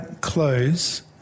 close